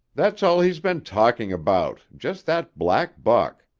that's all he's been talking about, just that black buck.